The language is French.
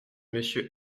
monsieur